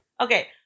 Okay